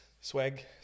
Swag